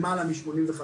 למעלה מ-85,